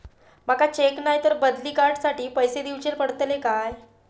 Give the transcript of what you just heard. माका चेक नाय तर बदली कार्ड साठी पैसे दीवचे पडतले काय?